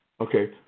Okay